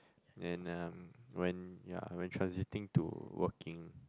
and um when ya when transiting to working